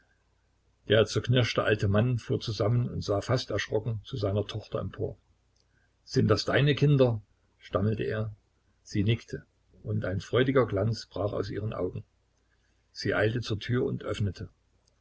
der zerknirschte alte mann fuhr zusammen und sah fast erschrocken zu seiner tochter empor sind das deine kinder stammelte er sie nickte und ein freudiger glanz brach aus ihren augen sie eilte zur tür und öffnete